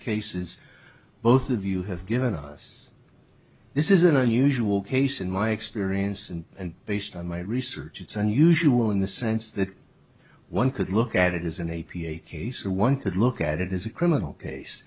cases both of you have given us this is an unusual case in my experience and and based on my research it's unusual in the sense that one could look at it is an a p a case or one could look at it is a criminal case